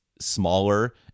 smaller